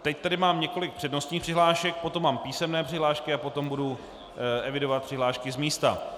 Teď tady mám několik přednostních přihlášek, potom mám písemné přihlášky a potom budu evidovat přihlášky z místa.